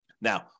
Now